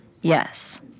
Yes